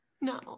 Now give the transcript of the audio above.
no